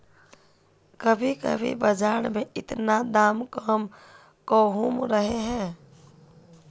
कभी कभी बाजार में इतना दाम कम कहुम रहे है?